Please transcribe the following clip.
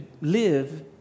live